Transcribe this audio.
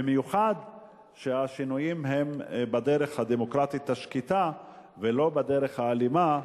במיוחד כשהשינויים הם בדרך הדמוקרטית השקטה ולא בדרך האלימה.